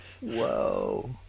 whoa